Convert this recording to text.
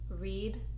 read